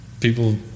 People